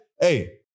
hey